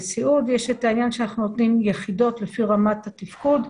בסיעוד יש את העניין שאנחנו נותנים יחידות לפי רמת התפקוד.